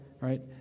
right